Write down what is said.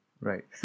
Right